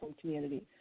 community